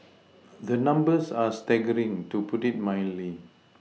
the numbers are staggering to put it mildly